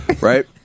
right